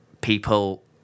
people